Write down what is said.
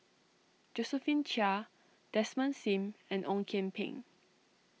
Josephine Chia Desmond Sim and Ong Kian Peng